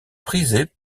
prisées